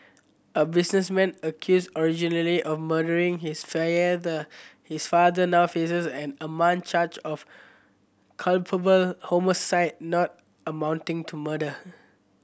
a businessman accused originally of murdering his his father now faces an amended charge of culpable homicide not amounting to murder